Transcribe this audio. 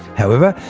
however,